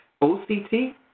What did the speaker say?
O-C-T